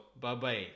bye-bye